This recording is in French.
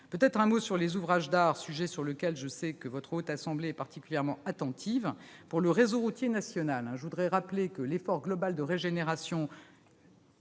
veux dire un mot sur les ouvrages d'art, sujet auquel, je le sais, la Haute Assemblée est particulièrement attentive. Pour le réseau routier national, je rappelle que l'effort global de régénération,